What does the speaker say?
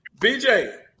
BJ